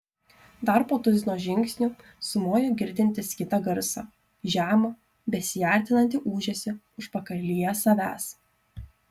dar po tuzino žingsnių sumojo girdintis kitą garsą žemą besiartinantį ūžesį užpakalyje savęs